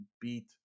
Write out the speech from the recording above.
beat